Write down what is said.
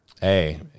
Hey